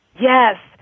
Yes